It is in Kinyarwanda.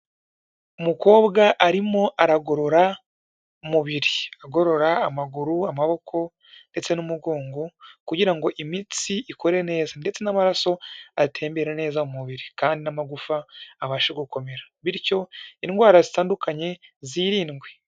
Umukobwa arimo aragorora umubiri, agorora amaguru, amaboko ndetse n'umugongo, kugira ngo imitsi ikore neza ndetse n'amaraso atembera neza mu mubiri kandi n'amagufa abashe gukomera bityo indwara zitandukanye zirindwe.